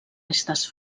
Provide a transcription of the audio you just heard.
restes